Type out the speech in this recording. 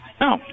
no